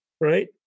right